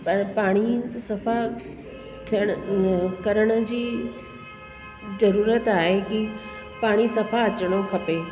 पर पाणी सफ़ा थियण करण जी ज़रूरुत आहे की पाणी सफ़ा अचणो खपे